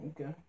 okay